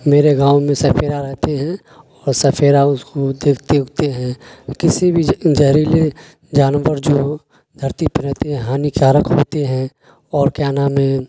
میرے گاؤں میں سپیرا رہتے ہیں اور سفیرا اس کو دیکھتے اوکھتے ہیں اور کسی بھی جہریلے جانور جو دھرتی پہ رہتے ہیں ہانی کارک ہوتے ہیں اور کیا نام ہے